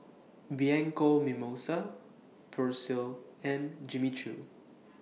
Bianco Mimosa Persil and Jimmy Choo